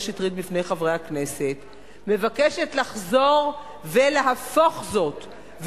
שטרית בפני חברי הכנסת מבקשת לחזור ולהפוך זאת,